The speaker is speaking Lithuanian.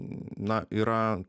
na yra